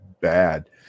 bad